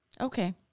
Okay